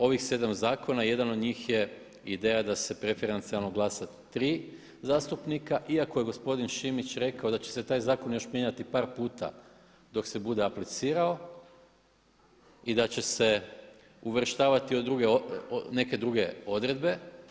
Ovih 7 zakona i jedan od njih je ideja da se preferencijalno glasa 3 zastupnika iako je gospodin Šimić rekao da će se taj zakon još mijenjati par puta dok se bude aplicirao i da će se uvrštavati u neke druge odredbe.